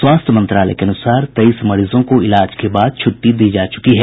स्वास्थ्य मंत्रालय के अनुसार तेईस मरीजों को इलाज के बाद छुट्टी दी जा चुकी है